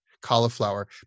cauliflower